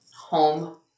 home